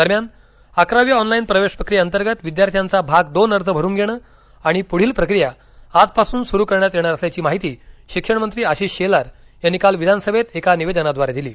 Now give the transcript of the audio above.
दरम्यान अकरावी ऑनलाईन प्रवेश प्रक्रियेंतर्गत विद्यार्थ्यांचा भाग दोन अर्ज भरून घेणं आणि पुढील प्रक्रिया आजपासून सुरू करण्यात येणार असल्याची माहिती शिक्षण मंत्री आशिष शेलार यांनी काल विधानसभेत एका निवेदनाद्वारे दिली